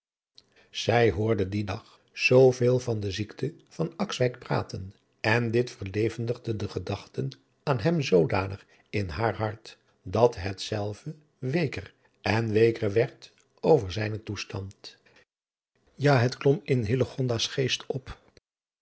zij hoorde dien dag zooveel van de ziekte van akswijk praten en dit verlevendigde de gedachte aan hem zoodanig in haar hart dat hetzelve weeker en weeker werd over zijnen toeftand ja het klom in hillegonda's geest op